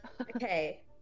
Okay